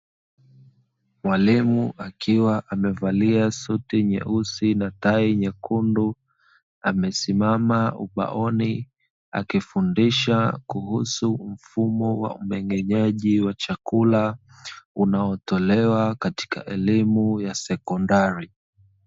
Mwalimu akiwa amevalia suti nyeusi na tai nyekundu, amesimama ubaoni akifundisha kuhusu mfumo wa umeng'enyaji wa chakula, unaotolewa katika elimu ya sekondari.